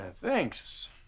thanks